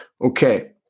okay